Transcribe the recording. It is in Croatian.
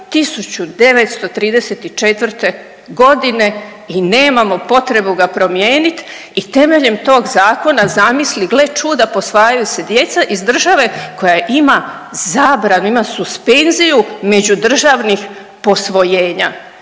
1934. godine i nemamo potrebu ga promijeniti i temeljem tog zakona zamisli gle čuda posvajaju se djeca iz države koja ima zabranu, ima suspenziju međudržavnih posvojenja.